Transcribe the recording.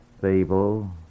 fable